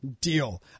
Deal